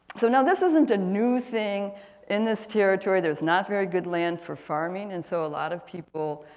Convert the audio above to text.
so now this isn't a new thing in this territory, there's not very good land for farming. and so a lot of people,